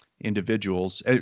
individuals